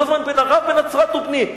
כל הזמן "בן ערב, בן נצרת ובני".